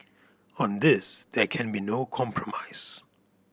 on this there can be no compromise